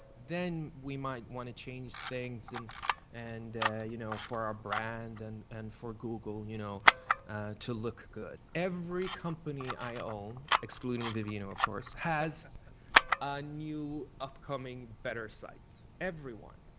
then we might wanna change things and and you know, for our brand and and for google you know to look good. every company i own, excluding vivian of course, has a new, upcoming, better site. everyone.